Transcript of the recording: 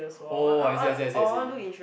orh I see I see I see